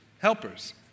helpers